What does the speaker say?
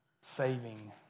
saving